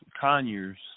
Conyers